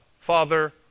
Father